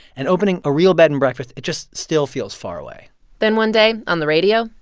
and opening a real bed-and-breakfast it just still feels far away then one day on the radio.